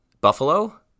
Buffalo